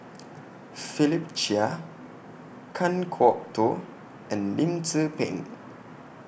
Philip Chia Kan Kwok Toh and Lim Tze Peng